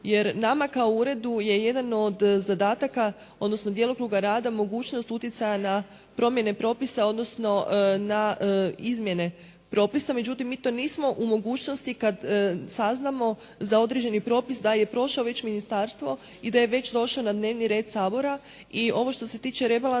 jer nama kao uredu je jedan od zadataka, odnosno djelokruga rada mogućnost utjecaja na promjene propisa, odnosno na izmjene propisa. Međutim, mi to nismo u mogućnosti kad saznamo za određeni propis da je prošao već ministarstvo i da je već došao na dnevni red Sabora. I ovo što se tiče rebalansa,